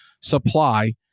supply